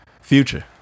Future